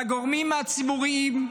מהגורמים הציבוריים,